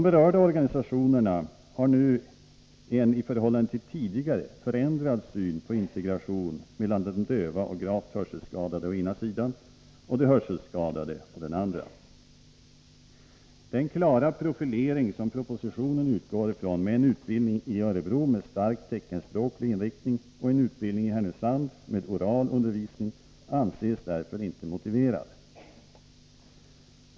Berörda organisationer har nu en i förhållande till tidigare förändrad syn på integration mellan de döva och gravt hörselskadade å ena sidan och de hörselskadade å andra sidan. Den klara profilering som propositionen utgår från, med en utbildning i Örebro med starkt teckenspråklig inriktning, och en utbildning i Härnösand med oral undervisning, anses därför inte motiverad.